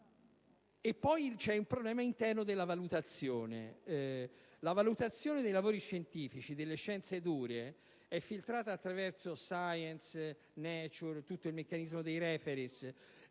è poi il problema interno della valutazione. La valutazione dei lavori scientifici e delle scienze "dure" è filtrata attraverso «*Science & Nature*», e il meccanismo dei *referees*.